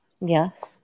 Yes